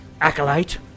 Acolyte